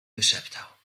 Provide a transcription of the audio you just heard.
wyszeptał